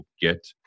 get